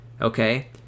Okay